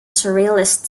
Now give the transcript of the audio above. surrealist